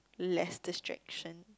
less distraction